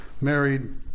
married